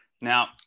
Now